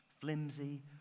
Flimsy